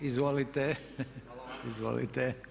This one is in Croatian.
Izvolite, izvolite.